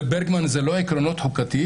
ברגמן זה לא עקרונות חוקתיים?